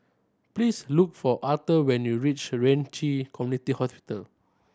please look for Arthur when you reach Ren Ci Community Hospital